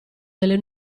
delle